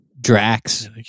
Drax